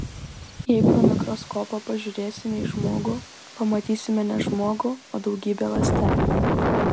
jei pro mikroskopą pažiūrėsime į žmogų pamatysime ne žmogų o daugybę ląstelių